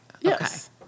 Yes